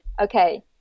okay